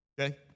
Okay